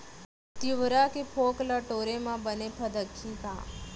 तिंवरा के फोंक ल टोरे म बने फदकही का?